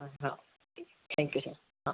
हा हा thank you sir हा